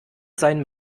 seinen